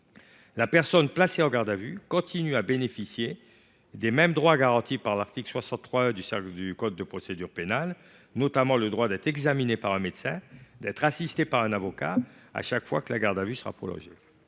la personne placée en garde à vue continue de bénéficier des droits garantis par l’article 63 1 du code de procédure pénale, notamment celui d’être examinée par un médecin et assistée par un avocat, et ce chaque fois que la garde à vue sera prolongée.